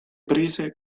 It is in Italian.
prese